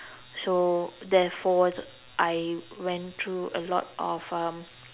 so therefore I went through a lot of um